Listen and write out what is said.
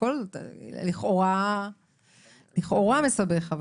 הכול לכאורה מסובך.